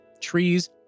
trees